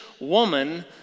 woman